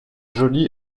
joli